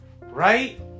Right